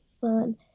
fun